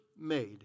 made